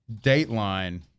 Dateline